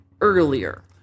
earlier